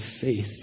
faith